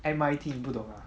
M_I_T 你不懂 ah